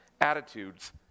attitudes